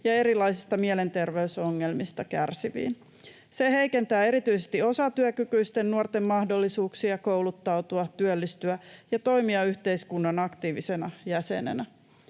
ja erilaisista mielenterveysongelmista kärsiviin. Se heikentää erityisesti osatyökykyisten nuorten mahdollisuuksia kouluttautua, työllistyä ja toimia yhteiskunnan aktiivisina jäseninä.